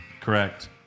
Correct